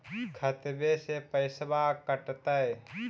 खतबे से पैसबा कटतय?